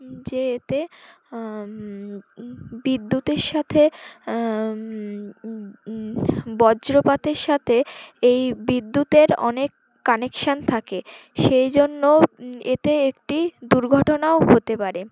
যে এতে বিদ্যুতের সাথে বজ্রপাতের সাথে এই বিদ্যুতের অনেক কানেকশান থাকে সেই জন্য এতে একটি দুর্ঘটনাও হতে পারে